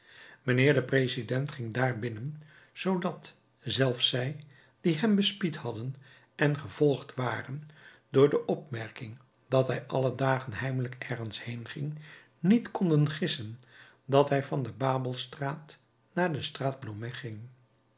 mijnheer de president ging daarbinnen zoodat zelfs zij die hem bespied hadden en gevolgd waren door de opmerking dat hij alle dagen heimelijk ergens heen ging niet konden gissen dat hij van de babelstraat naar de straat blomet ging